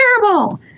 terrible